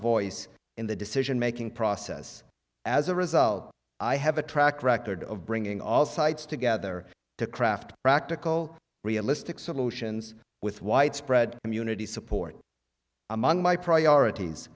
voice in the decision making process as a result i have a track record of bringing all sides together to craft practical realistic solutions with widespread community support among my priorities